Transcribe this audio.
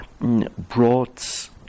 brought